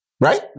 Right